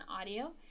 Audio